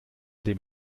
dem